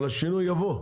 אבל השינוי יבוא,